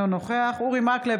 אינו נוכח אורי מקלב,